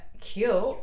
Cute